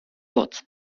wurtz